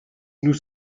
nous